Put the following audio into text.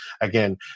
Again